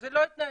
זה לא יתנהל.